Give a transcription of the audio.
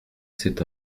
c’est